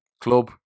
club